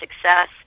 success